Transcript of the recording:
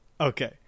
Okay